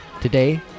Today